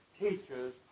teachers